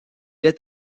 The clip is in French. est